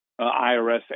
IRS